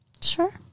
Sure